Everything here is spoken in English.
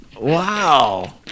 Wow